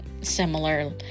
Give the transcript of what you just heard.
similar